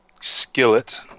skillet